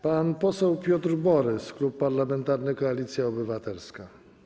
Pan poseł Piotr Borys, Klub Parlamentarny Koalicja Obywatelska.